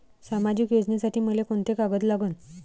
सामाजिक योजनेसाठी मले कोंते कागद लागन?